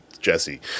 Jesse